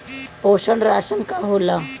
पोषण राशन का होला?